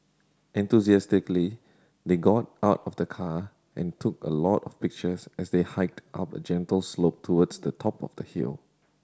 enthusiastically they got out of the car and took a lot of pictures as they hiked up a gentle slope towards the top of the hill